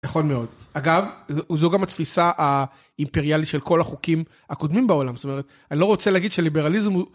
נכון מאוד. אגב, זו גם התפיסה האימפריאלית של כל החוקים הקודמים בעולם. זאת אומרת, אני לא רוצה להגיד שליברליזם הוא...